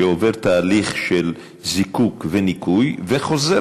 שעובר תהליך של זיקוק וניקוי וחוזר